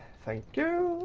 thank you.